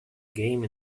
game